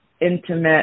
intimate